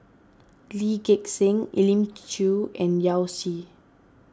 Lee Gek Seng Elim Chew and Yao Zi